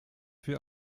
für